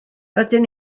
rydyn